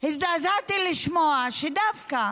הזדעזעתי לשמוע שדווקא